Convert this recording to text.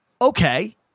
Okay